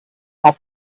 had